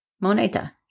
moneta